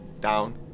down